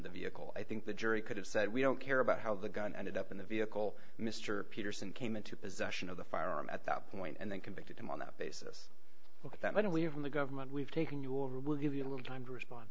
the vehicle i think the jury could have said we don't care about how the gun ended up in the vehicle mr peterson came into possession of the firearm at that point and then convict him on that basis that when we when the government we've taken you will give you a little time to respond